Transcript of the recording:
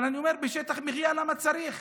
אבל אני אומר: בשטח מחיה, למה צריך?